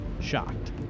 shocked